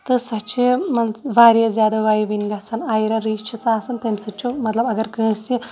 تہٕ سۄ چھِ مان ژٕ واریاہ زیادٕ وَیوٕنۍ گژھان آیرَن رِچ چھِ سۄ آسان تَمہِ سۭتۍ چھُ مطلب اگر کٲنٛسہِ